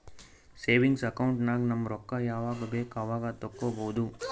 savings account ನಾಗ್ ನಮ್ ರೊಕ್ಕಾ ಯಾವಾಗ ಬೇಕ್ ಅವಾಗ ತೆಕ್ಕೋಬಹುದು